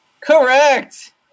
Correct